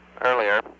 earlier